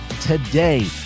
today